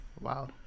Wow